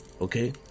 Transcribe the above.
okay